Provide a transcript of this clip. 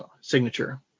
signature